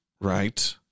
right